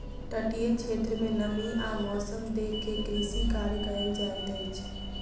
तटीय क्षेत्र में नमी आ मौसम देख के कृषि कार्य कयल जाइत अछि